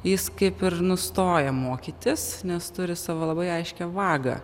jis kaip ir nustoja mokytis nes turi savo labai aiškią vagą